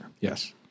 Yes